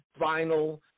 vinyl